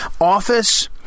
office